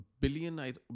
billion